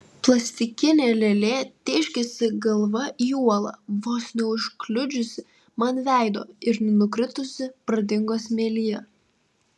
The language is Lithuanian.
plastikinė lėlė tėškėsi galva į uolą vos neužkliudžiusi man veido ir nukritusi pradingo smėlyje